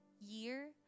year